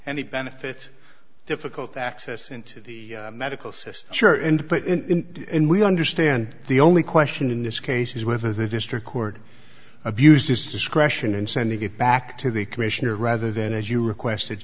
any benefit difficult access into the medical system and we understand the only question in this case is whether the district court abused his discretion and sending it back to the commissioner rather than as you requested